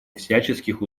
всяческих